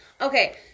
okay